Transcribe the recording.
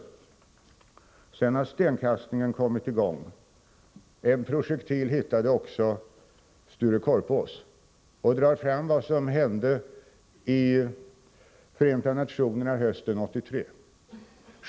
Sedan har stenkastningen kommit i gång. En projektil hittade också Sture Korpås, och han drar fram vad som hände i Förenta nationerna hösten 1983.